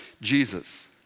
Jesus